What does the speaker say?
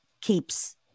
keeps